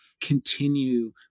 continue